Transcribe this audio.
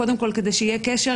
קודם כל כדי שיהיה קשר.